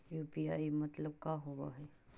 UPI मतलब का होब हइ?